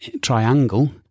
triangle